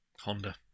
Honda